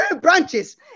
branches